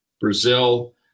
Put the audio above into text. Brazil